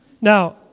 Now